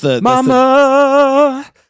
Mama